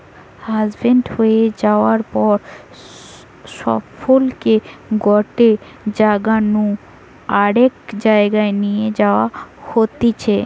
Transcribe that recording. harvest হয়ে যায়ার পর ফসলকে গটে জাগা নু আরেক জায়গায় নিয়ে যাওয়া হতিছে